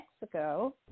Mexico